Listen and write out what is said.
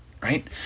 right